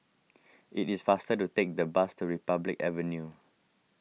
it is faster to take the bus to Republic Avenue